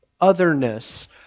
otherness